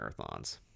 marathons